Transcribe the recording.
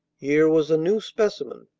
here was a new specimen.